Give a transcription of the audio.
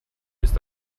ist